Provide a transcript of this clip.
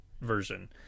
version